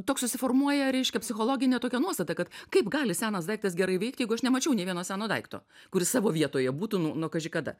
toks susiformuoja reiškia psichologinė tokia nuostata kad kaip gali senas daiktas gerai veikt jeigu aš nemačiau nė vieno seno daikto kuris savo vietoje būtų nuo kaži kada